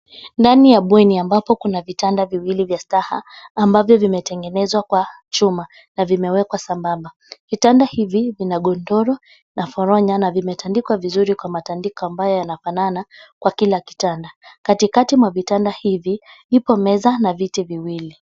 Ndani ya bweni ambapo kuna vitanda viwili vya staha ambavyo vimetengenezwa kwa chuma na vimewekwa sambamba. Vitanda vina godoro na poronya na vimetandikwa vizuri kwa matandiko ambayo yanafanana kwa kila kitanda. Katikati mwa vitanda hivi iko meza na viti viwili.